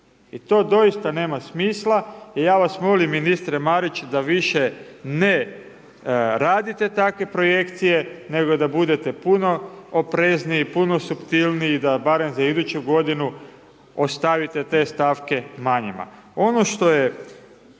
I to doista nema smisla i ja vas molim ministre Mariću da više ne radite takve projekcije nego da budete puno oprezniji, puno suptilniji da barem za iduću godinu ostavite te stavke manjima.